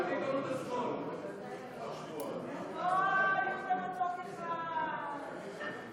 התשע"ז 2017, בקריאה ראשונה.